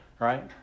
right